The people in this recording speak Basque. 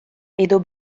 edo